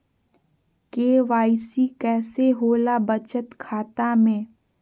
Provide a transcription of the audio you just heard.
KYC कैसे होला बचत खाता में?